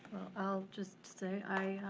i'll just say